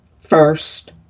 first